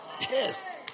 Yes